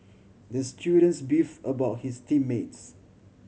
the students beefed about his team mates